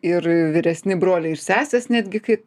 ir vyresni broliai ir sesės netgi kai